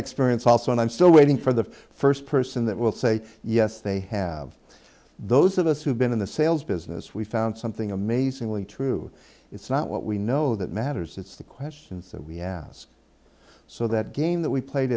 experience also and i'm still waiting for the first person that will say yes they have those of us who've been in the sales business we found something amazingly true it's not what we know that matters it's the questions that we ask so that game that we played